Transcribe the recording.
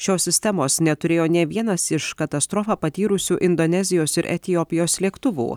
šios sistemos neturėjo nė vienas iš katastrofą patyrusių indonezijos ir etiopijos lėktuvų